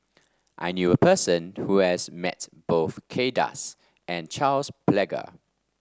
I knew a person who has met both Kay Das and Charles Paglar